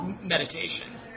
meditation